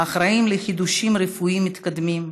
אחראים לחידושים רפואיים מתקדמים,